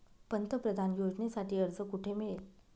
पंतप्रधान योजनेसाठी अर्ज कुठे मिळेल?